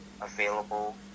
available